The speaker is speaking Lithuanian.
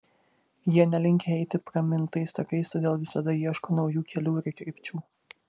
jie nelinkę eiti pramintais takais todėl visada ieško naujų kelių ir krypčių